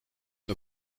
nur